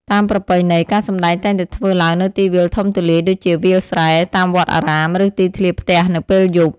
តាមប្រពៃណី ការសម្តែងតែងតែធ្វើឡើងនៅទីវាលធំទូលាយ ដូចជា វាលស្រែ តាមវត្តអារាម ឬទីធ្លាផ្ទះនៅពេលយប់។